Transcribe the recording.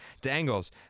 Dangles